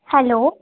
hello